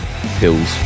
Pills